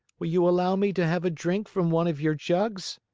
will you allow me to have a drink from one of your jugs?